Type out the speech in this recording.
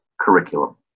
curriculum